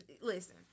listen